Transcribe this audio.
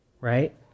right